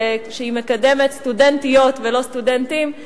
שהיא מקדמת סטודנטיות ולא סטודנטים.